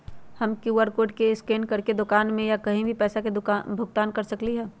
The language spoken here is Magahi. हम कियु.आर कोड स्कैन करके दुकान में या कहीं भी पैसा के भुगतान कर सकली ह?